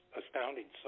astounding